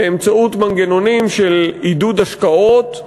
באמצעות מנגנונים של עידוד השקעות,